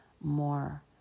more